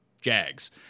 jags